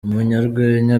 umunyarwenya